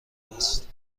است